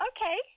Okay